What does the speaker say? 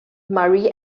mari